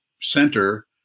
center